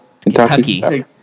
Kentucky